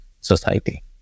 society